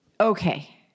okay